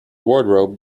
wardrobe